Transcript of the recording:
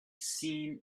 seen